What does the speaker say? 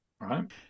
Right